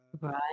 right